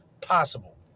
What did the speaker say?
possible